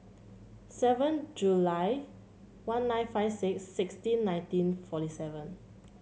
seven July one nine five six sixteen nineteen forty seven